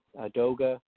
Doga